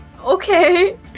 Okay